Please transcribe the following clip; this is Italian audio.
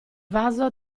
vaso